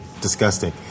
disgusting